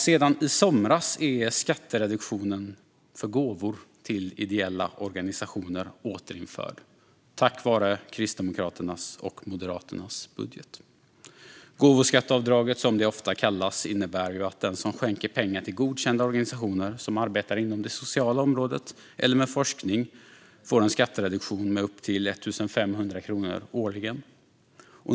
Sedan i somras är skattereduktionen för gåvor till ideella organisationer återinförd, tack vare Kristdemokraternas och Moderaternas budget. Gåvoskatteavdraget, som det ofta kallas, innebär att den som skänker pengar till godkända organisationer som arbetar inom det sociala området eller med forskning får en skattereduktion med upp till 1 500 kronor årligen.